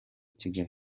kigali